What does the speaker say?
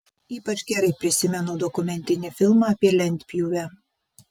ypač gerai prisimenu dokumentinį filmą apie lentpjūvę